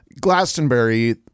Glastonbury